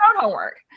homework